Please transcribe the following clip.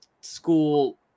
school